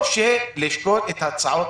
או תשקלו את ההצעות